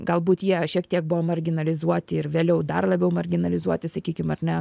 galbūt jie šiek tiek buvo marginalizuoti ir vėliau dar labiau marginalizuoti sakykim ar ne